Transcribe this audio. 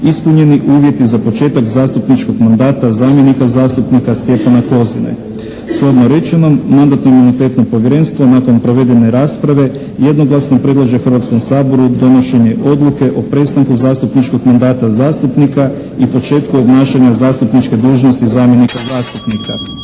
ispunjeni uvjeti za početak zastupničkog mandata, zamjenika zastupnika Stjepana Kozine. Shodno rečenom Mandatno-imunitetno povjerenstvo nakon provedene rasprave jednoglasno predlaže Hrvatskom saboru donošenje odluke o prestanku zastupničkog mandata zastupnika i početku obnašanja zastupničke dužnosti zamjenika … /Govornik